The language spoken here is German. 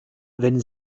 wenn